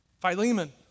Philemon